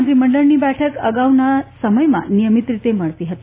મંત્રીમંડળની બેઠક અગાઉના સમયમાં નિયમિત રીતે મળતી હતી